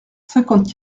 cinquante